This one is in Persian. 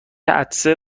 عطسه